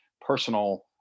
personal